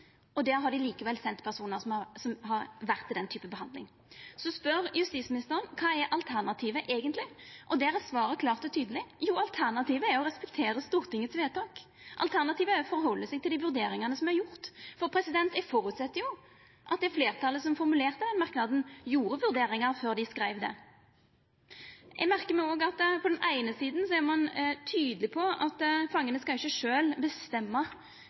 har likevel sendt personar som har vore til den typen behandling. Så spør justisministeren: Kva er alternativet eigentleg? Der er svaret klart og tydeleg. Alternativet er å respektera Stortingets vedtak. Alternativet er å halda seg til dei vurderingane som er gjorde. Eg føreset at det fleirtalet som formulerte den merknaden, gjorde vurderingar før dei skreiv det. Eg merkar meg også at på den eine sida er ein tydeleg på at fangane skal ikkje sjølve bestemma